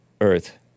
earth